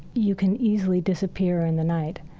you can easily disappear in the night.